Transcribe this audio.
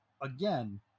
again